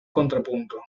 contrapunto